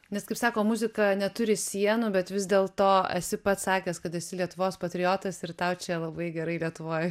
nes kaip sako muzika neturi sienų bet vis dėl to esi pats sakęs kad esi lietuvos patriotas ir tau čia labai gerai lietuvoj